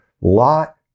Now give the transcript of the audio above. Lot